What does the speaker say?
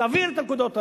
תעביר את הנקודות האלה.